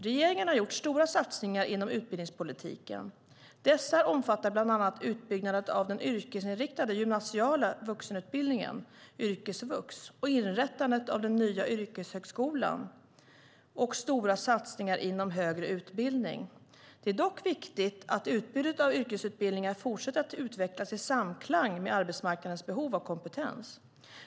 Regeringen har gjort stora satsningar inom utbildningspolitiken. Dessa omfattar bland annat utbyggnaden av den yrkesinriktade gymnasiala vuxenutbildningen, yrkesvux, och inrättandet av den nya yrkeshögskolan och stora satsningar inom högre utbildning. Det är dock viktigt att utbudet av yrkesutbildningar fortsätter att utvecklas i samklang med arbetsmarknadens behov av kompetens.